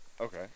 Okay